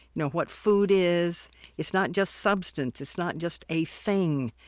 you know what food is it's not just substance it's not just a thing.